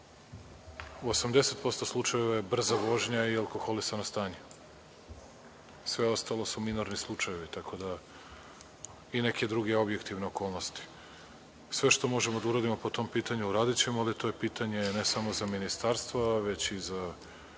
u 80% slučajeva brza vožnja i alkoholisano stanje. Sve ostalo su minorni slučajevi i neke druge objektivne okolnosti. Sve što možemo da uradimo po tom pitanju uradićemo, ali to je pitanje ne samo za Ministarstvo, već i za